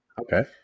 Okay